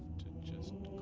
to just